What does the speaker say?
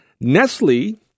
Nestle